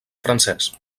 francès